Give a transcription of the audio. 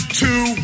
two